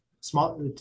small